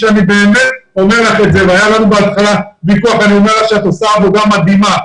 ואני באמת אומר לך - והיה לנו בהתחלה ויכוח - שאת עושה עבודה מדהימה.